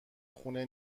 خونه